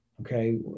Okay